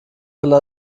halle